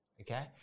okay